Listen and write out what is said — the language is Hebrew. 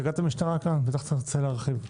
נציגת המשטרה כאן בטח תרצה להרחיב.